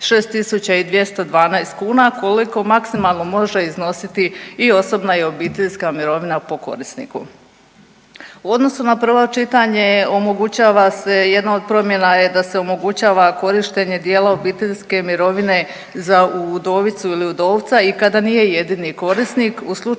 6212 kuna, koliko maksimalno može iznositi i osobna i obiteljska mirovina po korisniku. U odnosu na prvo čitanje omogućava se jedno od promjena je da se omogućava korištenje dijela obiteljske mirovine za udovicu ili udovca i kada nije jedini korisnik. U slučaju